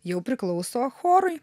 jau priklauso chorui